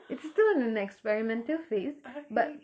it's still in an experimental phase but